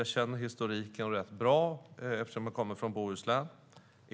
Jag kan historiken rätt bra, eftersom jag kommer från Bohuslän.